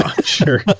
Sure